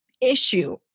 issue